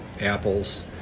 apples